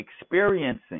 experiencing